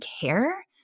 care